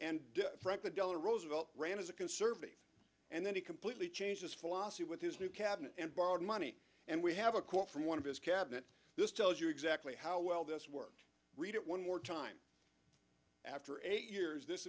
delano roosevelt ran as a conservative and then he completely changed his philosophy with his new cabinet and borrowed money and we have a quote from one of his cabinet this tells you exactly how well this worked read it one more time after eight years this